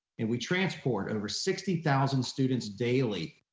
and we transport over sixty thousand students daily,